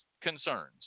concerns